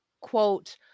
quote